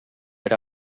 era